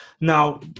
Now